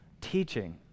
teaching